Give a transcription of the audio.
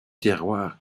terroir